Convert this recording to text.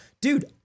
Dude